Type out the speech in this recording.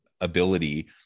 ability